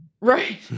Right